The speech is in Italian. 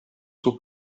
suo